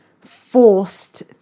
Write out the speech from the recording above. forced